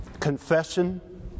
confession